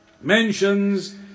mentions